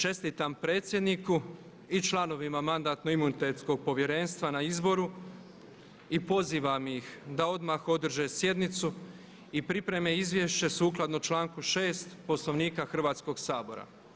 Čestitam predsjedniku i članovima Mandatno-imunitetnog povjerenstva na izboru i pozivam ih da odmah održe sjednicu i pripreme izvješće sukladno članku 6. Poslovnika Hrvatskog sabora.